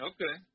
Okay